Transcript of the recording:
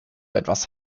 etwas